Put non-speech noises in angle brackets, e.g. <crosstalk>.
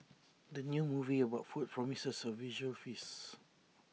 <noise> the new movie about food promises A visual feasts